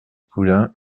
poulain